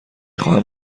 خواهم